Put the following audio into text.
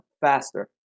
faster